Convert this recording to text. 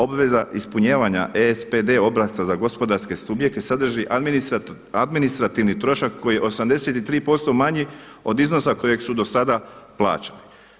Obveza ispunjavanja ESPD obrasca za gospodarske subjekte sadrži administrativni trošak koji je 83% manji od iznosa kojeg su do sada plaćali.